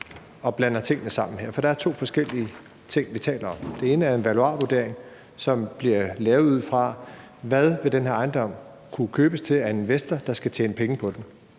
og blander tingene sammen her. For det er to forskellige ting, vi taler om. Det ene er en valuarvurdering, som bliver lavet, ud fra hvad en ejendom ville kunne købes til af en investor, der skal tjene penge på den,